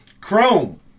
Chrome